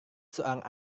seorang